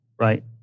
right